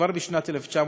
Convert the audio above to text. כבר בשנת 1952: